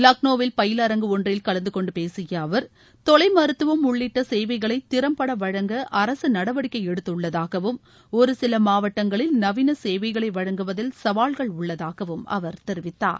லக்னோவில் பயிலரங்கு ஒன்றில் கலந்தகொண்டு பேசிய அவர் தொலை மருத்துவம் உள்ளிட்ட சேவைகளை திறம்பட வழங்க அரசு நடவடிக்கை எடுத்துள்ளதாகவும் ஒருசில மாவட்டங்களில் நவீன சேவைகளை வழங்குவதில் சவால்கள் உள்ளதாகவும் அவர் தெரிவித்தார்